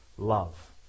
Love